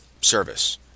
service